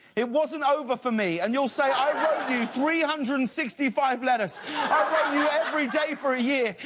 it wasn't over for me! and you'll say, i wrote you three hundred and sixty five letters, i wrote you every day for a year.